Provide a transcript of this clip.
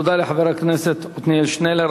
תודה לחבר הכנסת עתניאל שנלר.